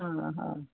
हा हा